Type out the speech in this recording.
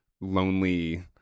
lonely